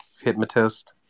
hypnotist